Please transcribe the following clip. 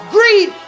Greed